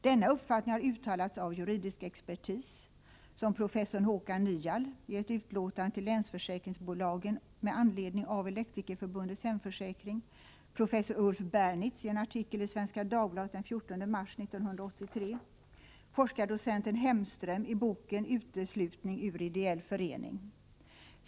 Denna uppfattning har uttalats av juridisk expertis, såsom professor Håkan Nial i ett utlåtande till Länsförsäkringsbolagen AB med anledning av Elektrikerförbundets hemförsäkring, professor Ulf Bernitz i en artikel i Svenska Dagbladet den 14 mars 1983 och forskardocenten Hemström i boken Uteslutning ur ideell förening.